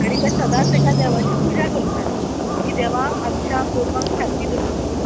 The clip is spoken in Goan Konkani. आनी ते सदांच एका देवाची पुजा करताले की देवा आमच्या गोरवांक सारकी दवर म्हणून